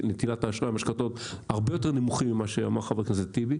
נטילת האשראי והמשכנתאות הן הרבה יותר נמוכות ממה שאמר חבר הכנסת טיבי.